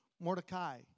Mordecai